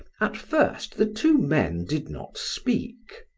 at first the two men did not speak.